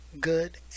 good